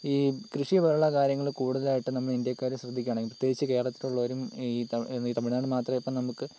ഈ കൃഷിപോലുള്ള കാര്യങ്ങൾ കൂടുതലായിട്ട് നമ്മൾ ഇന്ത്യക്കാർ ശ്രദ്ധിക്കുവാണേൽ പ്രതേകിച്ച് കേരളത്തിൽ ഉള്ളവരും ഈ തമിഴ്നാടും മാത്രമേ ഇപ്പോൾ നമുക്ക്